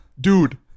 Dude